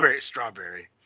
strawberry